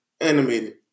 animated